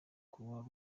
croix